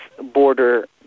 border